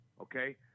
okay